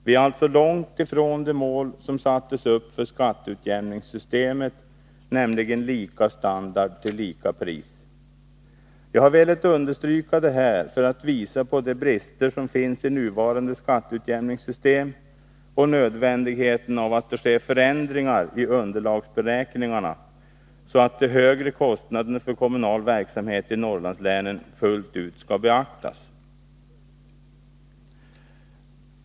Vi är långt ifrån det mål som sattes upp för skatteutjämningssystemet, nämligen lika standard till lika pris. Jag har velat understryka det här för att visa på de brister som finns i nuvarande skatteutjämningssystem och nödvändigheten av att det sker förändringar i underlagsberäkningarna, så att de högre kostnaderna för kommunal verksamhet i Norrlandslänen fullt ut skall beaktas.